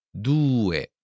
due